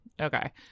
okay